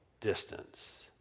distance